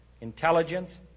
intelligence